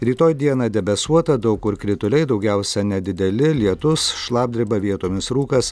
rytoj dieną debesuota daug kur krituliai daugiausia nedideli lietus šlapdriba vietomis rūkas